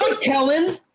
Kellen